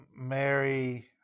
Mary